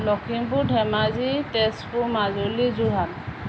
Lakhimpur Dhemaji Tezpur Majuli Jorhat